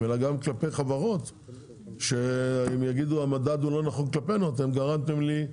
יודע, יודעים, נכנסים, נכנסים.